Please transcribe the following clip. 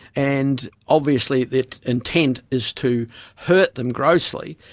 and obviously the intent is to hurt them grossly.